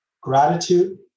gratitude